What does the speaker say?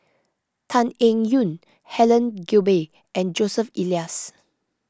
Tan Eng Yoon Helen Gilbey and Joseph Elias